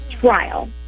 trial